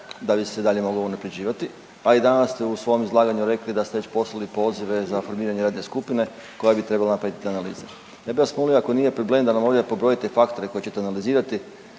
da bi se dalje mogao unapređivati, a i danas ste u svom izlaganju rekli da ste već poslali pozive za formiranje radne skupine koja bi trebala napraviti analize. Ja bih vas molio ako nije problem da nam ovdje pobrojite faktore koje ćete analizirati